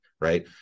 right